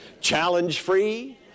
challenge-free